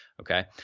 okay